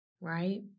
right